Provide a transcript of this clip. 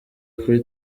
kuri